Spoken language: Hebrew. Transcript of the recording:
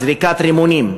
זריקת רימונים.